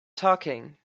talking